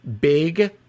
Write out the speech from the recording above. big